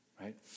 Right